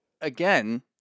again